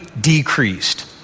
decreased